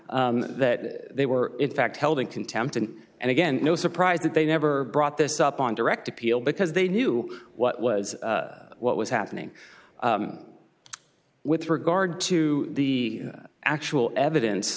that they were in fact held in contempt and and again no surprise that they never brought this up on direct appeal because they knew what was what was happening with regard to the actual evidence